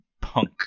punk